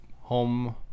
Home